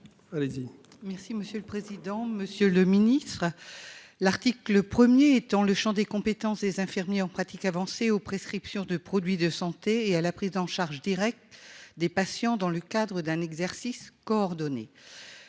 Merci monsieur le président, Monsieur le Ministre. L'Arctique le 1er étend le Champ des compétences des infirmiers en pratique avancée aux prescriptions de produits de santé et à la prise en charge directe des patients dans le cadre d'un exercice coordonné